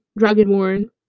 Dragonborn